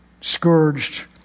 scourged